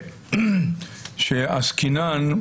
שעסקינן,